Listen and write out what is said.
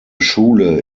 schule